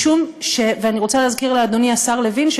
ואני רוצה להזכיר לאדוני השר לוין,